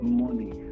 money